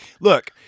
look